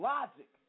Logic